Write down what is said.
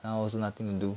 now also nothing to do